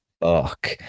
fuck